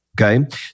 okay